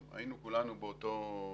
כולנו היינו באותו דיון,